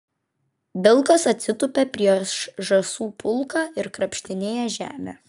vilkas atsitupia prieš žąsų pulką ir krapštinėja žemę